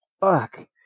Fuck